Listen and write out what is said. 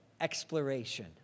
Exploration